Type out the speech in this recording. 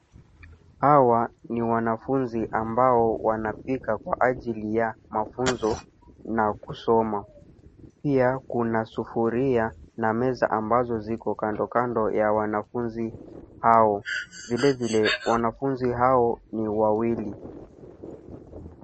Hawa ni wanafunzi ambao wanapika kwa ajili ya mafunzo na kusoma. Pia kuna sufuria na meza ambazo ziko kando kando ya wanafunzi hao. Vilevile wanafunzi hao ni wawili.